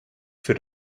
für